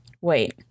Wait